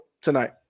tonight